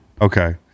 Okay